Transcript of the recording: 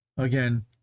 Again